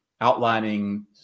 outlining